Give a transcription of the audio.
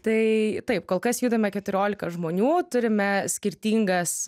tai taip kol kas judame keturiolika žmonių turime skirtingas